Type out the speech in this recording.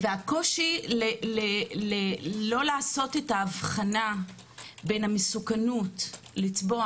והקושי לא לעשות את ההבחנה בין המסוכנות לצבוע